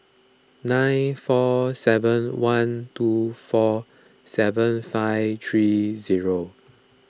nine four seven one two four seven five three